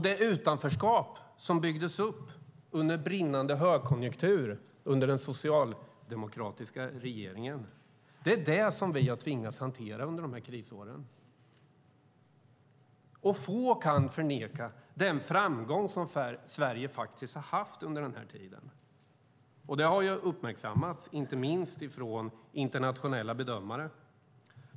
Det utanförskap som byggdes upp under brinnande högkonjunktur, under den socialdemokratiska regeringen, är det som vi har tvingats att hantera under de här krisåren. Och få kan förneka den framgång som Sverige har haft under den här tiden. Det har uppmärksammats, inte minst av internationella bedömare.